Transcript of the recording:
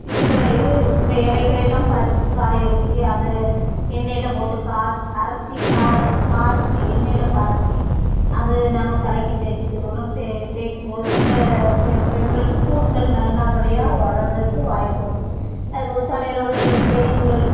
இதில் இது இந்த இலைகளையெல்லாம் பறித்து காய வச்சி அதை எண்ணெயில் போட்டு காச் அரைச்சி காய காய்ச்சி என்ணெயில் காய்ச்சி அது நாங்கள் தலைக்கு தேய்ச்சிக்குறோம் தே தேய்க்கும் போது இந்த பெ பெண்களுக்கு கூந்தல் நல்லபடியாக வளர்கிறதுக்கு வாய்ப்பு இருக்குது அதுபோக தலையில் உள்ள இந்த பேன்கள்